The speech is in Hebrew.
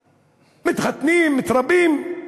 מתחתנים, מתרבים,